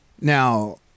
Now